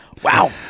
Wow